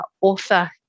author